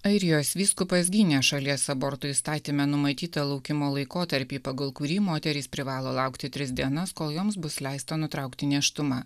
airijos vyskupas gynė šalies abortų įstatyme numatytą laukimo laikotarpį pagal kurį moterys privalo laukti tris dienas kol joms bus leista nutraukti nėštumą